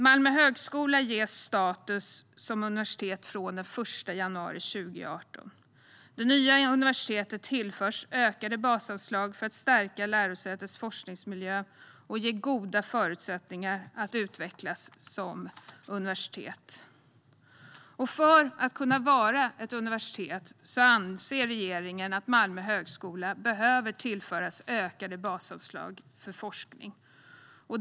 Malmö högskola ges status som universitet från den 1 januari 2018. Det nya universitetet tillförs ökade basanslag för att stärka lärosätets forskningsmiljö och ge goda förutsättningar att utvecklas som universitet. För att Malmö högskola ska kunna benämnas universitet anser regeringen att högskolan behöver tillföras ökade basanslag för forskning.